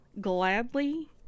gladly